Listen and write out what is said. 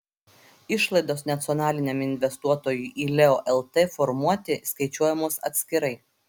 išlaidos nacionaliniam investuotojui į leo lt formuoti skaičiuojamos atskirai